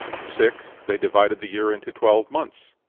six. they divided the year into twelve months.